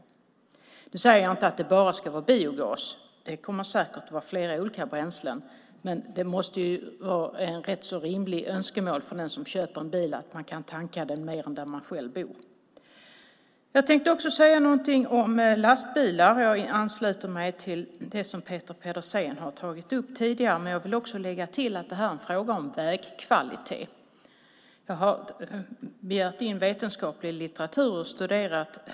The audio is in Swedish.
Jag säger inte att det bara ska vara biogas. Det kan säkert vara flera olika bränslen. Men det måste vara ett rätt så rimligt önskemål från den som köper en bil att man kan tanka den på fler ställen än där man själv bor. Jag tänkte också säga någonting om lastbilar. Jag ansluter mig till det som Peter Pedersen har tagit upp tidigare. Jag vill också lägga till att det är en fråga om vägkvalitet. Jag har begärt in vetenskaplig litteratur och studerat den.